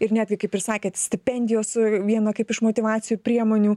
ir netgi kaip ir sakėt stipendijos viena kaip iš motyvacijų priemonių